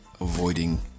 avoiding